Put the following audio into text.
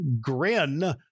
grin